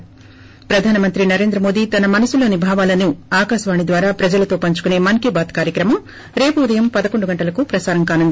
ి ప్రధాన మంత్రి నరేంద్ర మోదీ తన మనసులోని భావాలను ఆకాశవాణి ద్వారా ప్రజలతో పంచుకుసే మస్కీ బాత్ కార్యక్రమం రేపు ఉదయం ప్రసారం కానుంది